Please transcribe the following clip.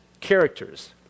characters